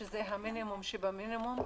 שזה המינימום שבמינימום,